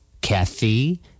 Kathy